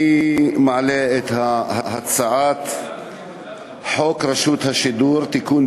אני מעלה את הצעת חוק רשות השידור (תיקון,